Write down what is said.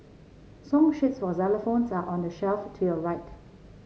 song sheets for xylophones are on the shelf to your right